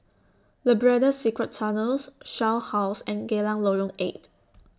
Labrador Secret Tunnels Shell House and Geylang Lorong eight